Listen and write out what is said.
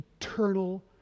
eternal